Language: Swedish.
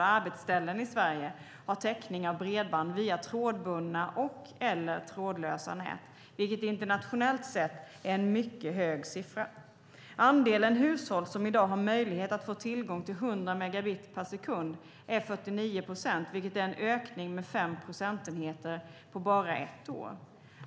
arbetsställen i Sverige har täckning av bredband via trådbundna och/eller trådlösa nät, vilket internationellt sett är en mycket hög siffra. Andelen hushåll som i dag har möjlighet att få tillgång till 100 megabit per sekund är 49 procent, vilket är en ökning med 5 procentenheter på bara ett år.